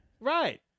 Right